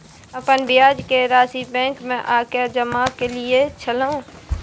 अपन ब्याज के राशि बैंक में आ के जमा कैलियै छलौं?